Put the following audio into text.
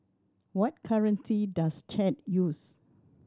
what currency does Chad use